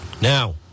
Now